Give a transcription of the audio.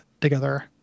together